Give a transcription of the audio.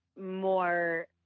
more